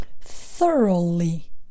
thoroughly